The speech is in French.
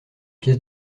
pièce